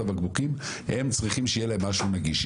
הבקבוקים הם צריכים שיהיה להם משהו נגיש.